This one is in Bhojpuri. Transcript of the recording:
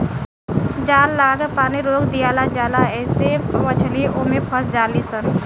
जाल लागा के पानी रोक दियाला जाला आइसे मछली ओमे फस जाली सन